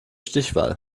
stichwahl